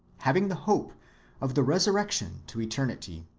having the hope of the resur rection to eternity.